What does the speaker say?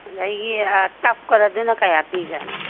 ꯂꯩꯌꯦ ꯇꯞꯀꯗꯨꯅ ꯀꯌꯥ ꯄꯤꯔꯤ ꯖꯥꯠꯅꯣ